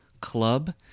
club